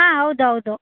ಹಾಂ ಹೌದ್ ಹೌದು